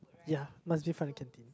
ya must be from the canteen